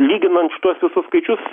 lyginant šituos visus skaičius